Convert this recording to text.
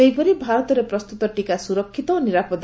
ସେହିପରି ଭାରତରେ ପ୍ରସ୍ତତ ଟିକା ସୁରକ୍ଷିତ ଓ ନିରାପଦ